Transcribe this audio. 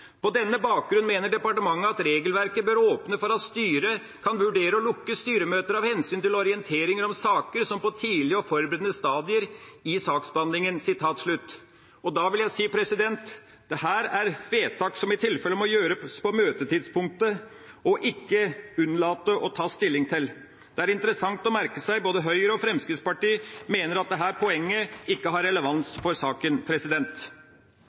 på tidlige og forberedende stadier i saksbehandlingen.» Da vil jeg si: Dette er vedtak som i tilfelle må gjøres på møtetidspunktet og ikke unnlates å ta stilling til. Det er interessant å merke seg at både Høyre og Fremskrittspartiet mener at dette poenget ikke har relevans for saken.